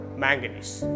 manganese